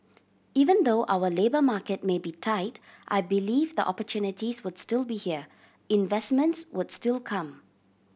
even though our labour market may be tight I believe the opportunities would still be here investments would still come